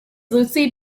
loosely